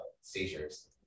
seizures